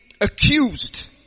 accused